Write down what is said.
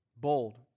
bold